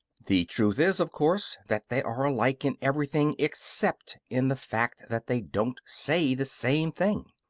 the truth is, of course, that they are alike in everything except in the fact that they don't say the same thing.